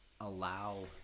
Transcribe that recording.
allow